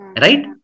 Right